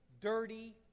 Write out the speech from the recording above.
dirty